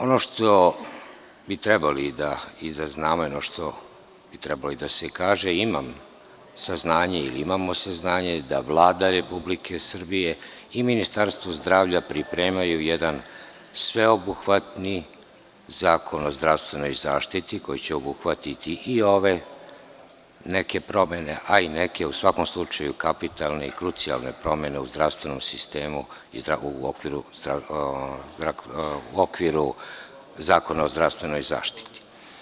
Ono što bi trebali i da znamo i što bi trebalo da se kaže, imam saznanje ili imamo saznanje da Vlade Republike Srbije i Ministarstvo zdravlja pripremaju jedan sveobuhvatni zakon o zdravstvenoj zaštiti koji će obuhvatiti i ove neke promene, a i neke u svakom slučaju kapitalne i krucijalne promene u zdravstvenom sistemu u okviru Zakona o zdravstvenoj zaštiti.